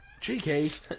JK